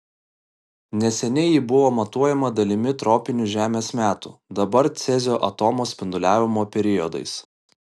neseniai ji buvo matuojama dalimi tropinių žemės metų dabar cezio atomo spinduliavimo periodais